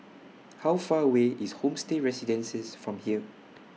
How Far away IS Homestay Residences from here